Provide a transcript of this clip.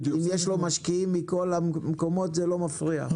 אם יש לו משקיעים מכל המקומות, זה לא מפריע.